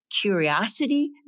curiosity